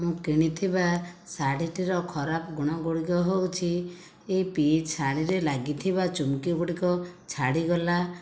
ମୁଁ କିଣିଥିବା ଶାଢ଼ୀ ଟିର ଖରାପ ଗୁଣ ଗୁଡ଼ିକ ହେଉଛି ଏ ପି ଶାଢ଼ୀରେ ଲାଗିଥିବା ଚୁମୁକି ଗୁଡ଼ିକ ଛାଡ଼ିଗଲା